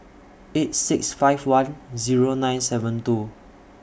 eight six five one Zero nine seven two